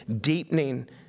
deepening